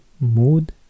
Mood